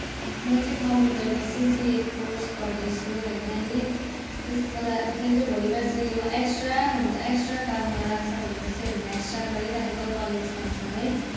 म चाहिँ कम्प्युटरको सिसिए कोर्स गर्दैछु होइन अहिले त्यसको ला त्यो चाहिँ भोलि पर्सि एक्सट्रा हुन्छ एक्सट्रा काम लाग्छ भेलि पर्सि भनेर एक्सट्रा गरिरहेको कलेज सँगसँगै